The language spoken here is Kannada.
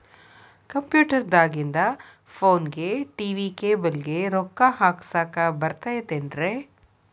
ಕಂಪ್ಯೂಟರ್ ದಾಗಿಂದ್ ಫೋನ್ಗೆ, ಟಿ.ವಿ ಕೇಬಲ್ ಗೆ, ರೊಕ್ಕಾ ಹಾಕಸಾಕ್ ಬರತೈತೇನ್ರೇ?